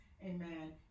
amen